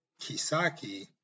Kisaki